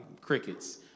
Crickets